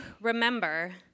remember